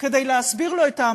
אני שומע את הקולות בתקשורת,